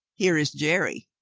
here is jerry,